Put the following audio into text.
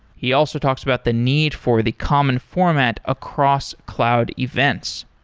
he also talks about the need for the common format across cloud events.